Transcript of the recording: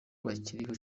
bakiriho